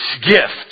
gift